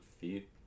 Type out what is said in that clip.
feet